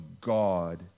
God